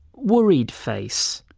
worried face.